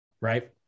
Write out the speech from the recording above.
Right